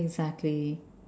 exactly